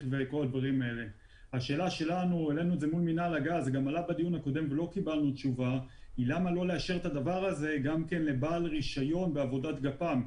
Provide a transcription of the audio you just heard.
השאלה למה לא לאשר את הדבר הזה לבעל רישיון בעבודת גפ"מ.